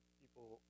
people